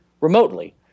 remotely